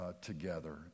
together